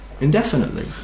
indefinitely